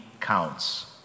counts